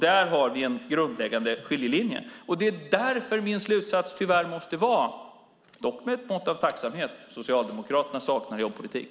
Där har vi en grundläggande skiljelinje, och det är därför min slutsats tyvärr - dock med ett mått av tacksamhet - måste vara att Socialdemokraterna saknar jobbpolitik.